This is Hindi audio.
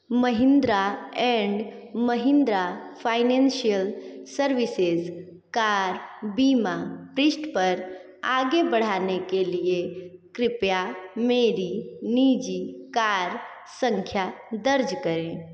Mahindra and Mahindra financial services car बीमा पृष्ठ पर आगे बढ़ने के लिए कृपया मेरी नीजी कार संख्या दर्ज करें